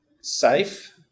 safe